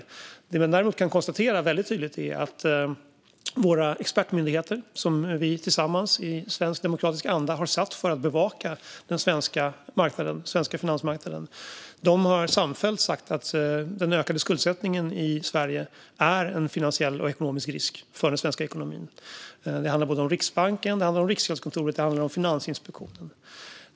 Det som man däremot väldigt tydligt kan konstatera är att våra expertmyndigheter, som vi tillsammans i svensk demokratisk anda har tillsatt för att bevaka den svenska finansmarknaden, samfällt har sagt att den ökade skuldsättningen i Sverige är en finansiell och ekonomisk risk för den svenska ekonomin. Det handlar om Riksbanken, Riksgäldskontoret och Finansinspektionen.